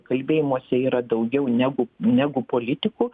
kalbėjimuose yra daugiau negu negu politikų